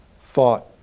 thought